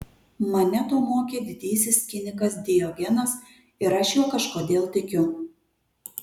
mane to mokė didysis kinikas diogenas ir aš juo kažkodėl tikiu